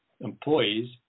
employees